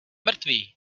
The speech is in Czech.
mrtvý